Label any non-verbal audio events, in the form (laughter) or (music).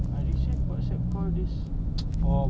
(laughs)